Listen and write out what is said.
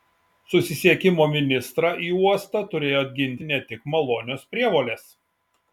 susisiekimo ministrą į uostą turėjo atginti ne tik malonios prievolės